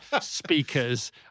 speakers